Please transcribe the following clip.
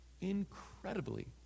incredibly